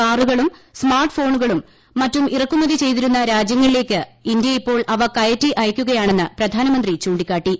കാറുകളും സ്മാർട്ട് ഫോണുകളും മറ്റും ഇറക്കുമതി ചെയ്തിരുന്ന രാജ്യങ്ങളിലേക്ക് ഇന്ത്യ ഇപ്പോൾ അവ കയറ്റി അയയ്ക്കുകയാണെന്ന് പ്രധാനമന്ത്രി ചൂണ്ടിക്കാട്ടി